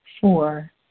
four